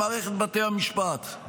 למערכת בתי המשפט.